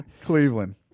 Cleveland